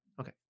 okay